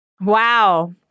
Wow